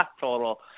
total